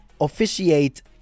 officiate